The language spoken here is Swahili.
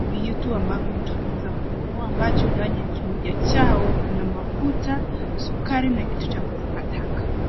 vitu ambavyo mtu ameweza kununua ambacho ndani ya kimoja chao kuna mafuta , sukari na kitu cha kutupa taka.